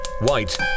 White